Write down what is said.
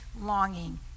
longing